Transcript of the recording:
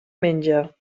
menja